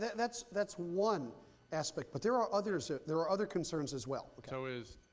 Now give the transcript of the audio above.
that's that's one aspect, but there are others. there are other concerns as well. so is,